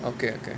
okay okay